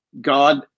God